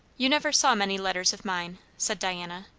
you never saw many letters of mine, said diana,